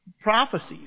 prophecies